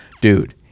dude